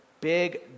big